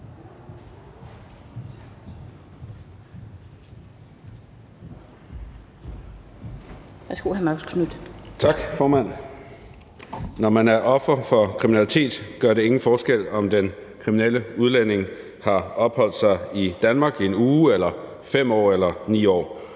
Når man er offer for kriminalitet, gør det ingen forskel, om den kriminelle udlænding har opholdt sig i Danmark i 1 uge eller 5 år eller 9 år.